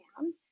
down